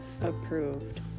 approved